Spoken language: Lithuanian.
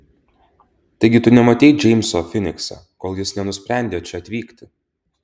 taigi tu nematei džeimso finikse kol jis nenusprendė čia atvykti